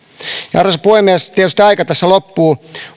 arvoisa puhemies tietysti aika tässä loppuu